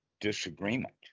disagreement